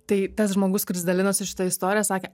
tai tas žmogus kuris dalinosi šita istorija sakė